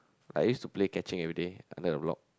I used to play catching everyday under the block